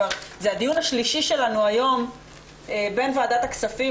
זה הדיון השלישי שלנו היום בין ועדת הכספים